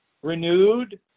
Renewed